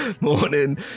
Morning